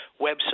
website